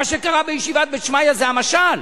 מה שקרה בישיבת "בית שמעיה" זה המשל.